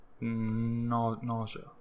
Nausea